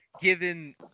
given